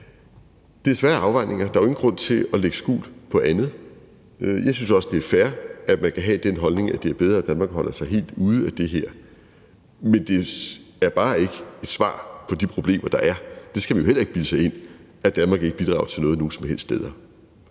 Det er svære afvejninger. Der er jo ingen grund til at lægge skjul på det. Jeg synes også, det er fair, at man kan have den holdning, at det er bedre, at Danmark holder sig helt ude af det her, men det er bare ikke et svar på de problemer, der er – det skal man jo heller ikke bilde sig ind – at Danmark ikke bidrager til noget nogen som helst steder.